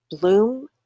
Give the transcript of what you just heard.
bloom